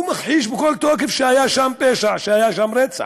הוא מכחיש בכל תוקף שהיה שם פשע, שהיה שם רצח.